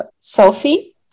selfie